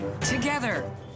together